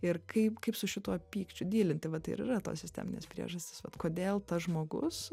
ir kaip kaip su šituo pykčiu dylinti vat tai ir yra tos sisteminės priežastys vat kodėl tas žmogus